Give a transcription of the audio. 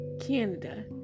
Canada